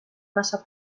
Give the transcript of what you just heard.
massa